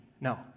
No